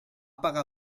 pagar